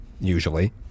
usually